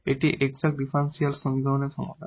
এটি exact differential সমীকরণের সমাধান